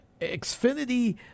xfinity